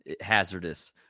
hazardous